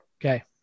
Okay